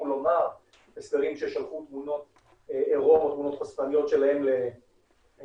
לומר -- -ששלחו תמונות עירום או תמונות חושפניות שלהם לילדים